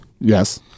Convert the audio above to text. Yes